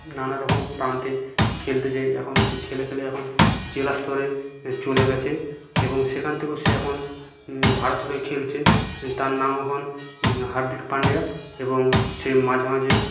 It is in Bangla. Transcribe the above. নানারকম প্রান্তে খেলতে যায় এখন সে খেলে ফেলে এখন জেলা স্তরে চলে গেছে এবং সেখান থেকেও সে এখন ভারতের হয়ে খেলছে তার নাম এখন হার্দিক পাণ্ডিয়া এবং সে মাঝেমাঝে